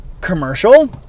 commercial